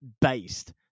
based